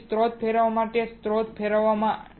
તેથી સ્ત્રોત ફેરવવા માટે સ્ત્રોત ફેરવવા માટે